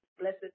blessed